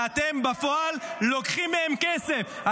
ואתם בפועל לוקחים מהן כסף.